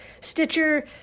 Stitcher